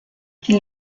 qui